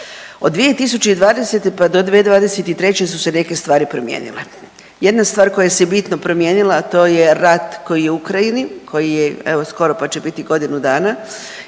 od 2020., pa do 2023. su se neke stvari promijenile. Jedna stvar koja se bitno promijenila, a to je rat koji je u Ukrajini, koji je evo skoro pa će biti godinu dana